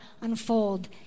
unfold